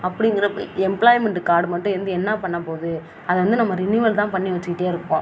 அப்படிங்கிறப்ப employment card மட்டும் இருந்து என்ன பண்ண போது அத வந்து நம்ம ரினிவல் தான் பண்ணி வச்சிட்டே இருக்கோம்